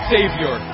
Savior